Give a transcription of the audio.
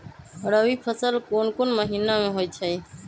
रबी फसल कोंन कोंन महिना में होइ छइ?